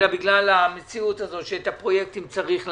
אלא בגלל המציאות הזו שאת הפרויקטים צריך לאשר,